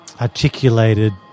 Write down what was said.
articulated